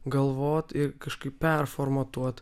galvot ir kažkaip performatuot